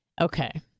Okay